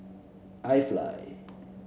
IFly